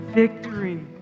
victory